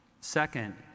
Second